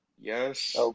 Yes